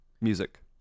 music